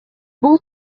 бул